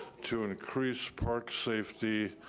to increase park safety,